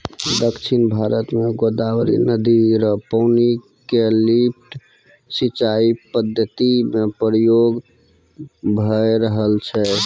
दक्षिण भारत म गोदावरी नदी र पानी क लिफ्ट सिंचाई पद्धति म प्रयोग भय रहलो छै